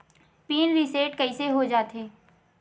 Pin reset कइसे हो जाथे?